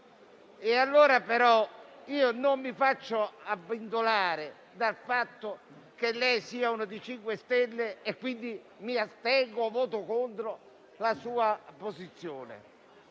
Tuttavia io non mi faccio abbindolare dal fatto che lei sia una dei 5 Stelle e quindi mi astengo o voto contro la sua posizione.